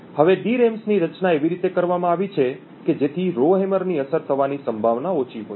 હવે ડીરેમ ની રચના એવી રીતે કરવામાં આવી છે કે જેથી રોહેમર ની અસર થવાની સંભાવના ઓછી હોય